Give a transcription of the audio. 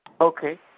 Okay